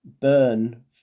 burn